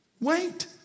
wait